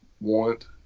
want